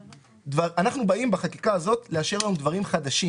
אנחנו באים בחקיקה הזאת לאשר דברים חדשים